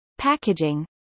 packaging